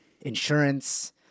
insurance